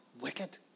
wicked